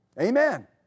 Amen